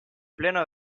pleno